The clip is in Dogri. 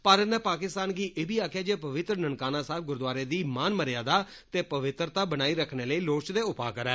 भारत नै पाकिस्तान गी इब्बी आक्खेआ ऐ जे पवित्र ननकाना साहेब गुरूद्वारे दी मानमर्यादा ते पवित्रता बनाई रक्खने लेई लोड़चदे उपा करै